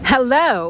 Hello